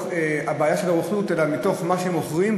הבעיה של הרוכלות אלא מתוך מה שמוכרים,